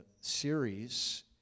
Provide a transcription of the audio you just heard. series